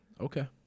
Okay